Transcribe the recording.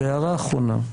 הערה אחרונה.